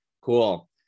Cool